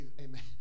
Amen